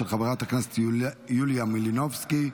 של חברת הכנסת יוליה מלינובסקי,